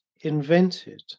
invented